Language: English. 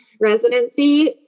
residency